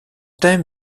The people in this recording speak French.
thème